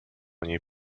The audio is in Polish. niej